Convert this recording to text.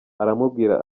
aramubwira